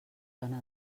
zona